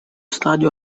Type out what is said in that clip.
stadio